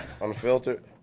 Unfiltered